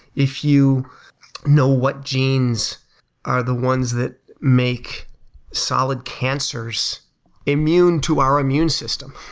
if you know what genes are the ones that make solid cancers immune to our immune system,